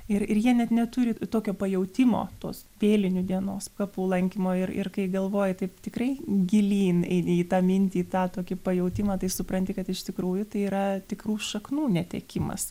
ir jie net neturi tokio pajautimo tos vėlinių dienos kapų lankymo ir ir kai galvoji taip tikrai gilyn eini į tą mintį į tą tokį pajautimą tai supranti kad iš tikrųjų tai yra tikrų šaknų netekimas